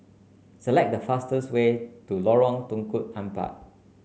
select the fastest way to Lorong Tukang Empat